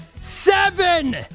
Seven